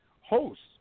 hosts